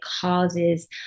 causes